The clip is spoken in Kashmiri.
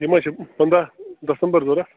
یِم ہہ چھِ پنٛداہ دَسمبر ضوٚرَتھ